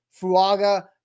Fuaga